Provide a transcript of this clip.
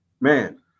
Man